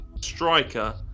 striker